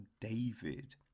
David